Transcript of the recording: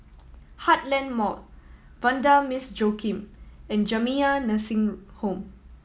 Heartland Mall Vanda Miss Joaquim and Jamiyah Nursing Home